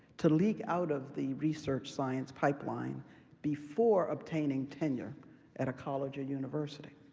to leak out of the research science pipeline before obtaining tenure at a college or university.